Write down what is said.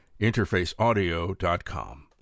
InterfaceAudio.com